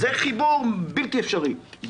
-- זה חיבור בלתי אפשרי.